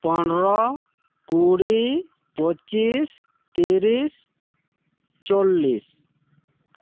ᱯᱚᱸᱱᱨᱚ ᱠᱩᱲᱤ ᱯᱚᱪᱤᱥ ᱛᱤᱨᱤᱥ ᱪᱚᱞᱞᱤᱥ